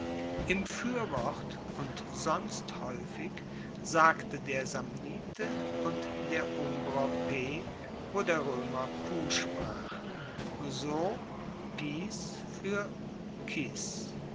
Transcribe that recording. im fuerwort und sonst haeufig sagte der samnite und der umbrer p wo der roemer q sprach so pis fuer